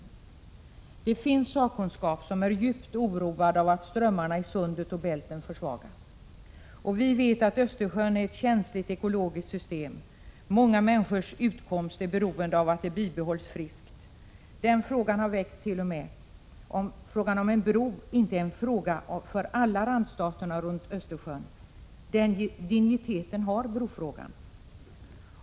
Det finns sakkunskap som är djupt oroad över att strömmarna i sundet och Bälten försvagas, och vi vet att Östersjön är ett känsligt ekologiskt system. Många människors utkomst är beroende av att det bibehålls friskt. Det har t.o.m. förts på tal om inte frågan om en bro är en fråga för alla randstaterna runt Östersjön. Den digniteten har brofrågan.